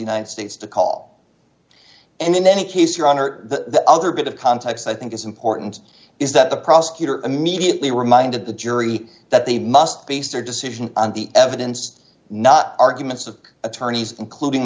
united states to call and in any case your honor the other bit of context i think is important is that the prosecutor immediately reminded the jury that they must base their decision on the evidence not arguments of attorneys including